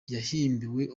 yahimbiwe